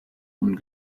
und